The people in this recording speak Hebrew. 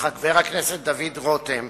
וחבר הכנסת דוד רותם